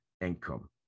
income